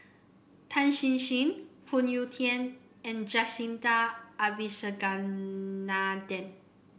Tan Chin Chin Phoon Yew Tien and Jacintha Abisheganaden